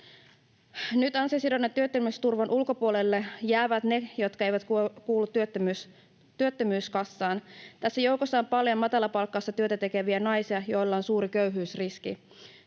Nyt ansiosidonnaisen työttömyysturvan ulkopuolelle jäävät ne, jotka eivät kuulu työttömyyskassaan. Tässä joukossa on paljon matalapalkkaista työtä tekeviä naisia, joilla on suuri köyhyysriski.